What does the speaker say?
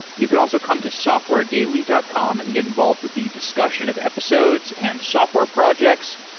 you can also come to softwaredaily dot com and get involved with the discussion of episodes and software projects,